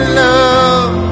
love